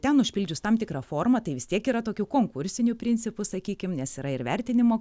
ten užpildžius tam tikrą formą tai vis tiek yra tokiu konkursiniu principu sakykim nes yra ir vertinimo